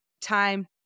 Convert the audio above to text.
time